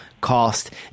cost